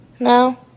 No